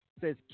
says